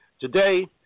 Today